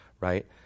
right